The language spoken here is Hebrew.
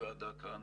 הוועדה כאן.